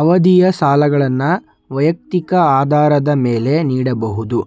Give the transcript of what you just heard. ಅವಧಿಯ ಸಾಲಗಳನ್ನ ವೈಯಕ್ತಿಕ ಆಧಾರದ ಮೇಲೆ ನೀಡಬಹುದು